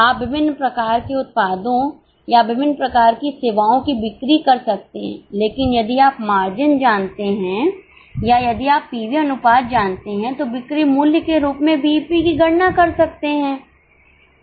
आप विभिन्न प्रकार के उत्पादों या विभिन्न प्रकार की सेवाओं की बिक्री कर सकते हैं लेकिन यदि आप मार्जिन जानते हैं या यदि आप पीवी अनुपात जानते हैं तो बिक्री मूल्य के रूप में बीईपी की गणना कर सकते हैं